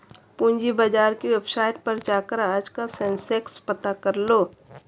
पूंजी बाजार की वेबसाईट पर जाकर आज का सेंसेक्स पता करलो